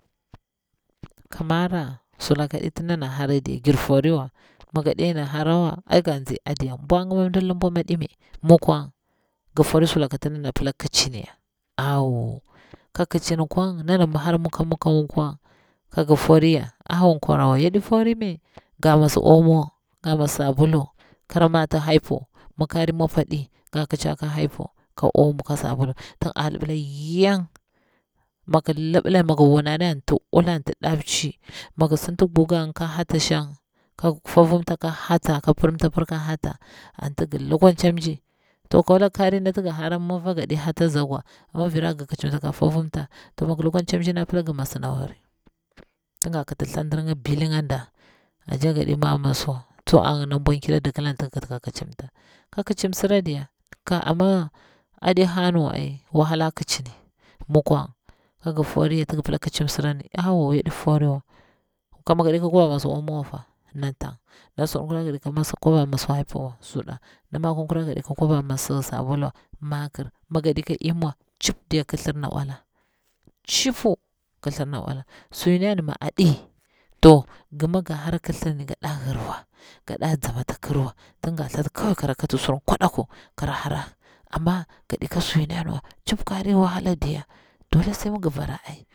Ka mara sulakaɗi ti dana hara diya gir fori wa, mi ga ɗena harawa ai gan nzi adiya, bwangi ma wala mdir lumbwa ɗime, mi kwang, gifori sulaka ti nda na pila kicin niya awo, ka kicin kwang dana hara mi ka mi ka mi ka mmi kwang, ka gi fori ya awo nkwara wa yaɗi fori mai, ga mas omo ga masa sabulu, kara mati hypo, mi kari mwapu ɗi, ga kica ka hypo ka omo ka sabulu tin a lubilla yang, miki libilla migi wunani ti ula, anti ti ɗa pci mi gi sinti guga nga ka hati shang, kara fofimta ka hata ka piranti pira ka hata, antigi lukwan cam mji, to ka wala kari nati gi hara mifa godi hati, ozagiwa mi vira gi kicimta ka fifinta to migi lukwan cam mji mda pila gimasi nawari tin ga kiti thandirnga biling da ashe gaɗi ma maswa tsu angi nam bwa kira dikil anti gi kiti ka kicimta, ka kicin msira diya ka ama aɗi hangniwa ai wahala kicini mi kwang ka gi foriya tigi pila kicin msirani awo yaɗi foriwa ka migaɗi ka kwaba mas omo wafa na ntan na suɗukura gaɗi ma gaɗi ka kwaba mas hypo wa suɗa na makur kura mi gaɗi ka kwaba mas sabuluwa makir miga ɗi ka imiwa cip diya kithir na owala cipu kithir na owala suyi niyani mi aɗi to gima ga hara kithiryani gaɗa yirwa gaɗa tsama ta kirwa tin ga thati kawai kara kiti surnga kwaɗaku kara hara ama gaɗi ka su yini yaniwa cip kari wahala diya doli sai migi bara ai